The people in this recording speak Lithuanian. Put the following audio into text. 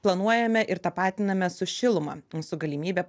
planuojame ir tapatiname su šiluma su galimybe